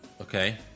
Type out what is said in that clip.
Okay